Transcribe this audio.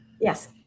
yes